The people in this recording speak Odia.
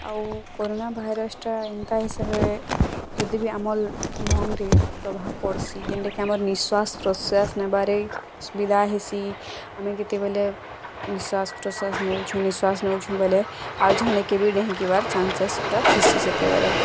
ଆଉ କରୋନା ଭାଇରସ୍ଟା ଏନ୍ତା ହିସାବେ ଯଦି ବି ଆମର ଲଙ୍ଗରେ ପ୍ରଭାବ ପଡ଼୍ସି ଯେନ୍ଟା କି ଆମର୍ ନିଶ୍ୱାସ ପ୍ରଶ୍ୱାସ ନେବାରେ ଅସୁବିଧା ହେସି ଆମେ କେତେବେଲେ ନିଶ୍ୱାସ ପ୍ରଶ୍ୱାସ ନଉଛୁ ନିଶ୍ୱାସ ନେଉଛୁ ବେଲେ ଆଉ ଜଣେ କେ ଭି ଡ଼େଇଁକି ଯିବାର ଚାନ୍ସେସ୍ ପୁରା ଥିସି ସେତେବେଲେ